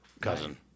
cousin